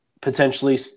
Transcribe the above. potentially